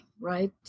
right